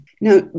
Now